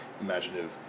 imaginative